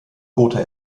gotha